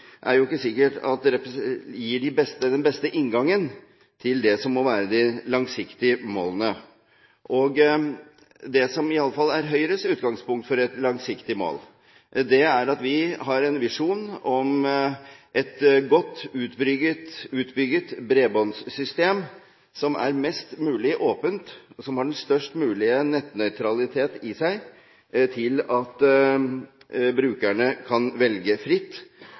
er stykkevis og delt, er det jo ikke sikkert gir den beste inngangen til det som må være de langsiktige målene. Det som i alle fall er Høyres utgangspunkt for et langsiktig mål, er at vi har en visjon om et godt utbygget bredbåndssystem, som er mest mulig åpent, og som har den største mulige nettnøytralitet i seg, slik at brukerne kan velge fritt